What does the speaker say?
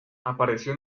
apareció